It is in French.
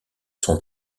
sont